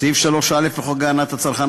סעיף 3(א) לחוק הגנת הצרכן,